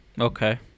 okay